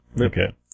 Okay